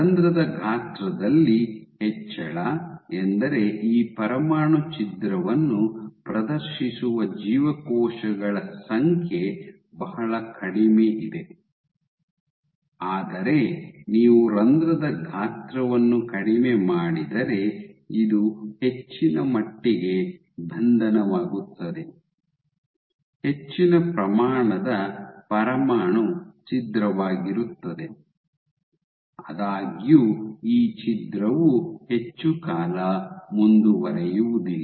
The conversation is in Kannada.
ರಂಧ್ರದ ಗಾತ್ರದಲ್ಲಿ ಹೆಚ್ಚಳ ಎಂದರೆ ಈ ಪರಮಾಣು ಛಿದ್ರವನ್ನು ಪ್ರದರ್ಶಿಸುವ ಜೀವಕೋಶಗಳ ಸಂಖ್ಯೆ ಬಹಳ ಕಡಿಮೆ ಇದೆ ಆದರೆ ನೀವು ರಂಧ್ರದ ಗಾತ್ರವನ್ನು ಕಡಿಮೆ ಮಾಡಿದರೆ ಇದು ಹೆಚ್ಚಿನ ಮಟ್ಟಿಗೆ ಬಂಧನವಾಗುತ್ತದೆ ಹೆಚ್ಚಿನ ಪ್ರಮಾಣದ ಪರಮಾಣು ಛಿದ್ರವಾಗಿರುತ್ತದೆ ಆದಾಗ್ಯೂ ಈ ಛಿದ್ರವು ಹೆಚ್ಚು ಕಾಲ ಮುಂದುವರಿಯುವುದಿಲ್ಲ